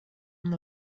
amb